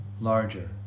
larger